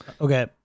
Okay